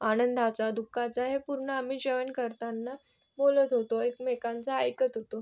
आनंदाचा दुःखाचा हे पूर्ण आम्ही जेवण करताना बोलत होतो एकमेकांचं ऐकत होतो